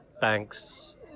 banks